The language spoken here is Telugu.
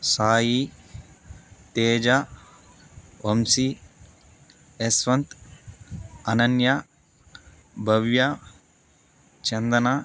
సాయి తేజ వంశీ యశ్వంత్ అనన్య భవ్య చందన